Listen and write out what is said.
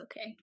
okay